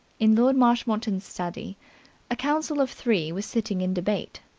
in lord marshmoreton's study a council of three was sitting in debate.